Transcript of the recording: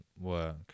work